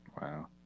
Wow